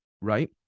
right